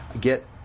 Get